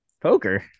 Poker